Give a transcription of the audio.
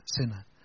sinner